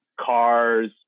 cars